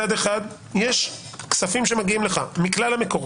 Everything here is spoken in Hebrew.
מצד אחד יש כספים שמגיעים לך מכלל המקורות,